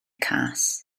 cas